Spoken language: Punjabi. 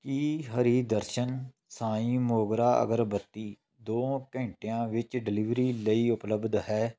ਕੀ ਹਰੀ ਦਰਸ਼ਨ ਸਾਈਂ ਮੋਗਰਾ ਅਗਰਬੱਤੀ ਦੋ ਘੰਟਿਆਂ ਵਿੱਚ ਡਿਲੀਵਰੀ ਲਈ ਉਪਲੱਬਧ ਹੈ